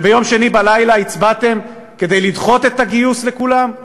שביום שני בלילה הצבעתם כדי לדחות את הגיוס לכולם?